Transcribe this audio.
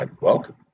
Welcome